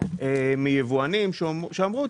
מיבואנים שאמרו,